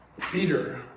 Peter